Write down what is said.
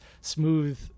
smooth